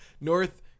North